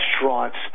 restaurants